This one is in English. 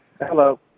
Hello